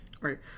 Right